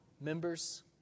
members